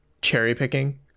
cherry-picking